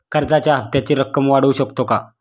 कर्जाच्या हप्त्याची रक्कम वाढवू शकतो का?